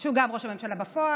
שהוא גם ראש הממשלה בפועל,